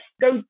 go